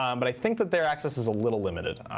um but i think that their access is a little limited.